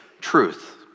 truth